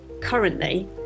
currently